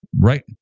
Right